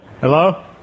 Hello